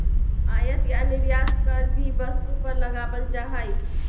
आयात या निर्यात कर भी वस्तु पर लगावल जा हई